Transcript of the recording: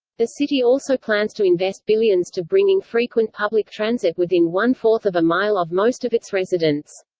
the city also plans to invest billions to bringing frequent public transit within one-fourth of a mile of most of its residents.